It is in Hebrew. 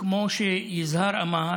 כמו שיזהר אמר,